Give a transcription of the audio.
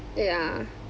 ya